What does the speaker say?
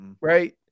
right